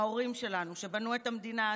ההורים שלנו שבנו את המדינה,